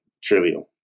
trivial